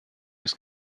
ist